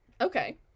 Okay